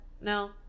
No